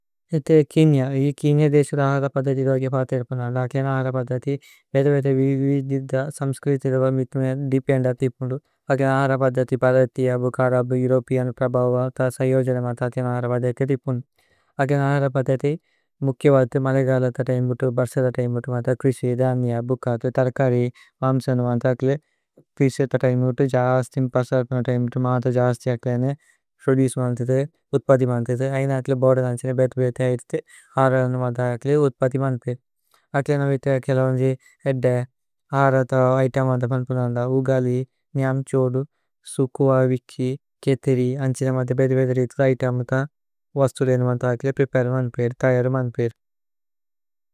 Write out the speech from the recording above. കീനിഅ കീനിഅ ദേസു ദ അഹര്ര പദതി രൌകേ। ഫതേര്പനദ അഖില അഹര്ര പദതി ബേദ ബേദ। വിദിത സമ്സ്ക്രിതി രൌക മിതുമേന ദിപേന്ദ। തിപുനു അഖില അഹര്ര പദതി ബലതിയ ബുകര। ബു ഏഉരോപേഅന് പ്രബഹുവ ത സയോജനമത അഖില। അഹര്ര പദതി തിപുനു അഖില അഹര്ര പദതി। മുകേവതു മലേഗാല തത ഇമുതു ബസല തത। ഇമുതു മത ക്രിസി, ധനിഅ, ബുകത്ല, തര്കരി। മമ്സോനു മന്തക്ലേ ക്രിസി തത ഇമുതു ജസ്തിമ്। ബസല തത ഇമുതു മത ജസ്തിഅ ക്ലേനേ പ്രോദുചേ। മന്തദു ഉത്പതി മന്തദു ഐന അഖില ബോദ। ധന്ഛന ബേദ ബേദ ഇദുതേ അഹര്ര നമന്ത। അഖില ഉത്പതി മന്തപിര് അഖില നമന്ത। അഖില ലന്ജേ ഏദ്ദ അഹര്ര ത ഇതേമന്ത। പദപുനന്ദ ഉഗലി നേഅമ് ഛോദു സുകുഅ വികി। കേതിരി അന്ഛന മന്ത ബേദ ബേദ ഇദുതേ। ഇതേമന്ത വസ്തുലേ നമന്ത അഖില പ്രേപരേ। മന്തപിര് തയദു മന്തപിര്।